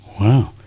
Wow